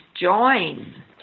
join